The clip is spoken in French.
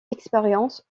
expérience